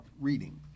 reading